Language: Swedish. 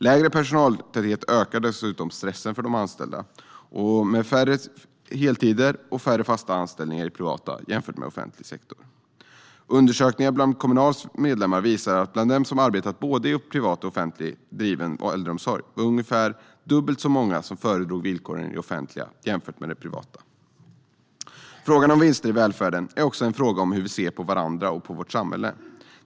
Lägre personaltäthet ökar dessutom stressen för de anställda. Det är färre heltider och färre fasta anställningar i det privata jämfört med offentlig sektor. Undersökningar bland Kommunals medlemmar visar att bland dem som hade arbetat både i privat och i offentligt driven äldreomsorg var det ungefär dubbelt så många som föredrog villkoren i det offentliga jämfört med i det privata. Frågan om vinster i välfärden är också en fråga om hur vi ser på varandra och på samhället.